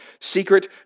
secret